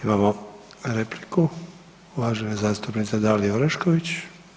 Imamo repliku uvažene zastupnice Dalije Orešković.